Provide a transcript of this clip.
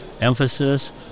emphasis